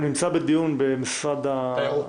הוא נמצא בדיון במשרד התיירות.